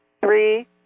three